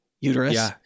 uterus